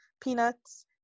peanuts